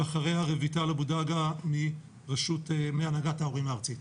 ואחריה רויטל אבו דגה מהנהגת ההורים הארצית.